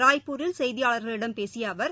ராய்ப்பூரில் செய்தியாளர்களிடம் ச்பேசியஅவர்